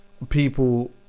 people